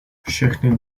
všechny